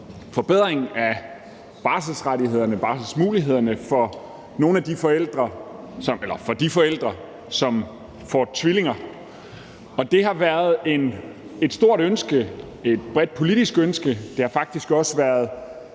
barselsmulighederne, for de forældre, som får tvillinger, og det har været et stort ønske, et bredt politisk ønske, og det har faktisk også været